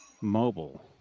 mobile